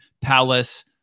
Palace